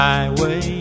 Highway